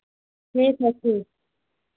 ठीक है ठीक